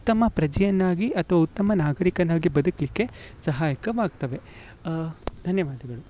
ಉತ್ತಮ ಪ್ರಜೆಯನ್ನಾಗಿ ಅಥ್ವಾ ಉತ್ತಮ ನಾಗರಿಕನಾಗಿ ಬದುಕಲಿಕ್ಕೆ ಸಹಾಯಕವಾಗ್ತವೆ ಧನ್ಯವಾದಳು